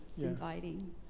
inviting